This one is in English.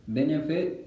Benefit